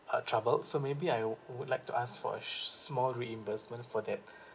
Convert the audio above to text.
uh troubled so maybe I would would like to ask for small reimbursement for that